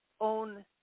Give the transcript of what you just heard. own